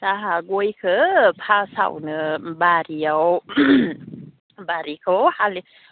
जाहा गयखो फार्स्टआवनो बारियाव बारिखौ